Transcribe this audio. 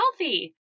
healthy